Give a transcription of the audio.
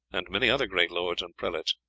and many other great lords and prelates.